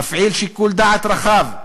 מפעיל שיקול דעת רחב,